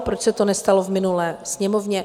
Proč se to nestalo v minulé Sněmovně?